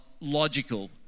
logical